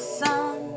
sun